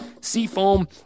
seafoam